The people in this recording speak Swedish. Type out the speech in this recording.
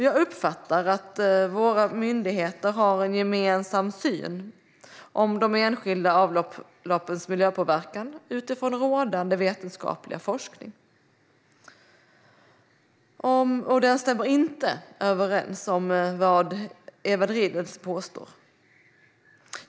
Jag uppfattar att våra myndigheter har en gemensam syn på de enskilda avloppens miljöpåverkan utifrån rådande vetenskaplig forskning, och den stämmer inte överens med vad Edward Riedl påstår.